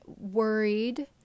worried